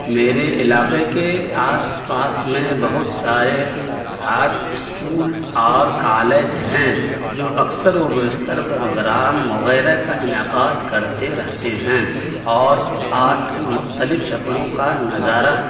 میرے علاقے کے آس پاس میں بہت سارے آرٹ اسکول اور کالج ہیں جو اکثر و بیشتر پروگرام وغیرہ کا انعقاد کرتے رہتے ہیں اور آرٹ کی مختلف شکلوں کا نظارہ